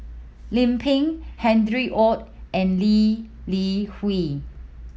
Lim Pin Harry Ord and Lee Li Hui